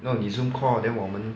那你 Zoom call then 我们